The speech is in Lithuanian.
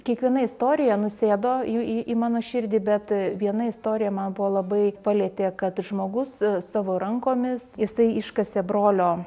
kiekviena istorija nusėdo į į į mano širdį bet viena istorija man buvo labai palietė kad žmogus savo rankomis jisai iškasė brolio